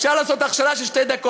אפשר לעשות הכשרה של שתי דקות.